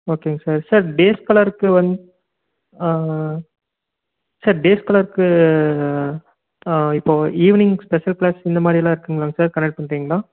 ஓகேங்க sir sir day ஸ்காலருக்கு வந்து சார் டே ஸ்காலருக்கு இப்போது ஈவனிங் ஸ்பெஷல் கிளாஸ் இந்த மாதிரிலாம் இருக்குதுங்களா சார் கண்டேக்ட் பண்ணுறிங்களா